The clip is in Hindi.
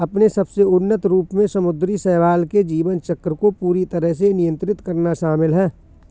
अपने सबसे उन्नत रूप में समुद्री शैवाल के जीवन चक्र को पूरी तरह से नियंत्रित करना शामिल है